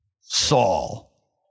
Saul